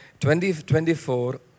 2024